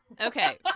okay